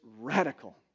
radical